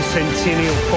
Centennial